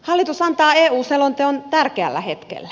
hallitus antaa eu selonteon tärkeällä hetkellä